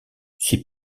ses